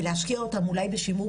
וזה מה שוועדת הסל יודעת לעשות.